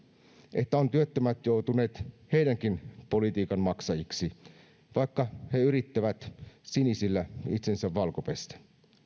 että ovat työttömät joutuneet heidänkin politiikkansa maksajiksi vaikka he yrittävät sinisillä itsensä valkopestä